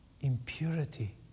Impurity